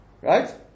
Right